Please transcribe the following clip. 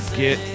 get